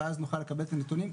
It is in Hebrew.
ואז נוכל לקבל את הנתונים.